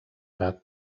àrab